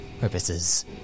purposes